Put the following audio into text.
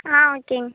ஆ ஓகேங்க